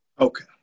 Okay